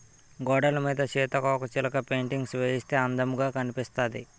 గోడలమీద సీతాకోకచిలక పెయింటింగ్స్ వేయిస్తే అందముగా కనిపిస్తాది